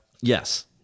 Yes